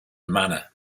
manner